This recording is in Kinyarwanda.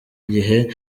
gihe